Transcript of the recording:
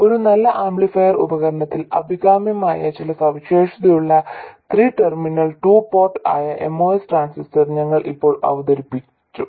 ഒരു നല്ല ആംപ്ലിഫയർ ഉപകരണത്തിൽ അഭികാമ്യമായ ചില സവിശേഷതകളുള്ള ത്രീ ടെർമിനൽ ടു പോർട്ട് ആയ MOS ട്രാൻസിസ്റ്റർ ഞങ്ങൾ ഇപ്പോൾ അവതരിപ്പിച്ചു